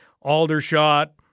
Aldershot